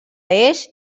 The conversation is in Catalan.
eix